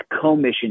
commission